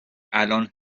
الان